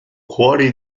cuori